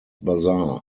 bazaar